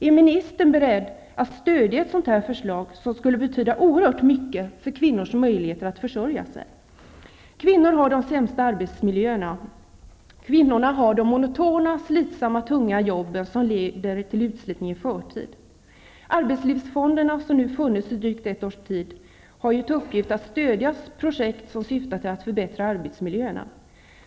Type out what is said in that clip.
Är ministern beredd att stödja förverkligandet av ett sådant här förslag, något som skulle kunna betyda oerhört mycket för kvinnors möjligheter till försörjning? Kvinnorna har de sämsta arbetsmiljöerna. Kvinnorna har de monotona, slitsamma jobben som leder till utslitning i förtid. Arbetslivsfonderna som nu funnits i drygt ett års tid, har ju till uppgift att stödja projekt som syftar till att förbättra arbetsmiljöerna.